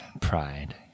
Pride